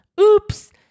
oops